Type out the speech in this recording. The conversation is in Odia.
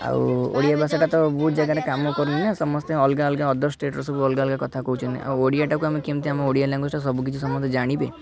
ଆଉ ଓଡ଼ିଆ ଭାଷାଟା ତ ବହୁତ ଜାଗାରେ କାମ କରୁନି ନା ସମସ୍ତେ ଅଲଗା ଅଲଗା ଅଦର୍ ଷ୍ଟେଟ୍ ରୁ ସବୁ ଅଲଗା ଅଲଗା କଥା କହୁଛନ୍ତି ଆଉ ଓଡ଼ିଆଟାକୁ ଆମେ କେମିତି ଆମ ଓଡ଼ିଆ ଲାଙ୍ଗୁଏଜଟା ସବୁ କିଛି ସମସ୍ତେ ଜାଣିବେ